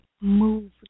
move